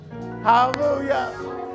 Hallelujah